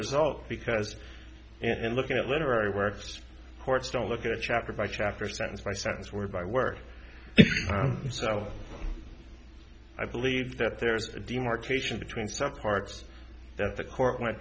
result because in looking at literary works courts don't look at a chapter by chapter sentence by sentence whereby work so i believe that there is a demarcation between some parts that the court m